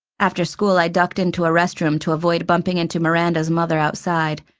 after school i ducked into a restroom to avoid bumping into miranda's mother outside.